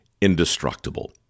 indestructible